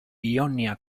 ionia